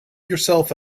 yourself